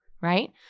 right